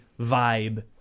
vibe